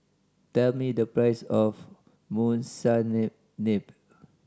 tell me the price of Monsunabe